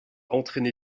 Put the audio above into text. entraîné